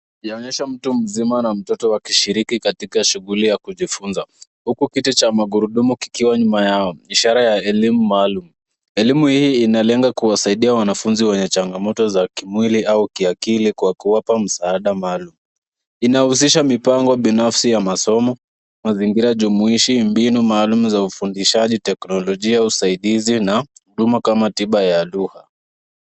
Ikionyesha mtu mzima na mtoto wakishiriki katika shughuli ya kujifunza huku kiti cha magurudumu kikiwa nyuma yao ishara ya elimu maalum. Elimu hii inalenga kuwasaidia wanafunzi wenye changamoto ya kimwili au kiakili kuwapa msaada maalum. Inahusisha mipango binafsi ya masomo, mazingira jumuishi, mbinu maalum za ufundishaji, teknolojia, usaidizi na huduma kama tiba ya dhuha.